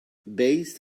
based